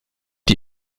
die